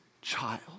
child